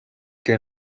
que